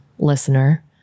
Listener